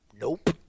nope